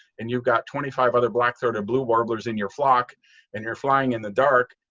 and you've got twenty five other black-throated or blue warblers in your flock and you're flying in the dark.